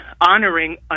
honoring